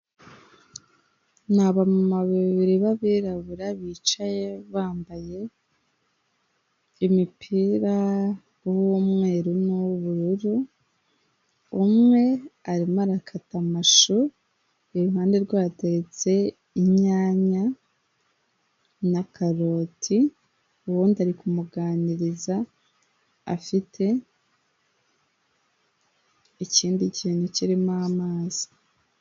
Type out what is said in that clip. Ni abamama babiri b'abirabura bicaye bambaye imipira w'umweru n'uw'ubururu. Umwe arimo arakata amashu, iruhande rwe hateretse inyanya na karoti uwundi ari kumuganiriza afite ikindi kintu kirimo amazi.